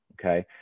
Okay